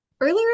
earlier